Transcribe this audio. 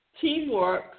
teamwork